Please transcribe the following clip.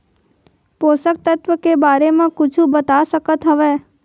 पोषक तत्व के बारे मा कुछु बता सकत हवय?